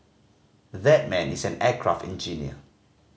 that man is an aircraft engineer